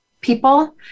people